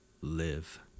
live